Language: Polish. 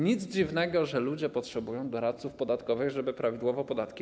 Nic dziwnego, że ludzie potrzebują doradców podatkowych, żeby prawidłowo płacić podatki.